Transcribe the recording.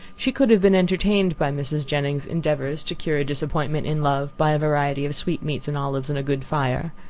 she could have been entertained by mrs. jennings's endeavours to cure a disappointment in love, by a variety of sweetmeats and olives, and a good fire.